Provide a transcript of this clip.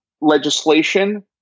legislation